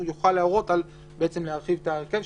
הוא יכול להורות להרחיב את ההרכב,